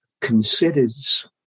considers